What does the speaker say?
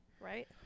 Right